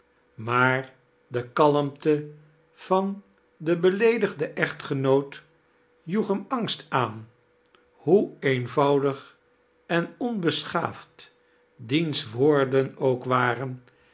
maar de kalmte van den beleedigden echtgenoot joeg hean angst aan hoe eenvouidig em onheschaafd diens wooxden ook waren